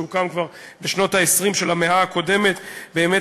שהוקם כבר בשנות ה-20 של המאה הקודמת באמת